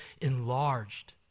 enlarged